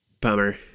bummer